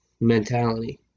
mentality